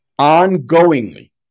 ongoingly